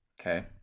Okay